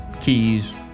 keys